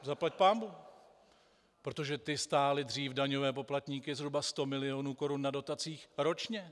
Zaplať pánbůh, protože ty stály dřív daňové poplatníky zhruba 100 mil. korun na dotacích ročně.